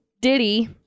Diddy